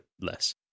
less